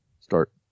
Start